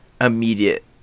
immediate